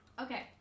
Okay